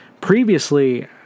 Previously